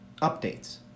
updates